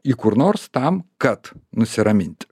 į kur nors tam kad nusiraminti